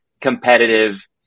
competitive